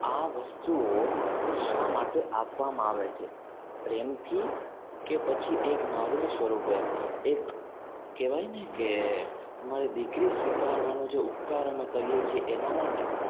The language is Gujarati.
આ વસ્તુઓ એ શા માટે આપવામાં આવે છે પ્રેમથી કે પછી એક માંગણી સ્વરૂપે એક કહેવાયને કે તમારી દીકરી સ્વીકારવાનો જે ઉપકાર અમે કરીએ છીએ એના માટે